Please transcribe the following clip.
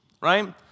Right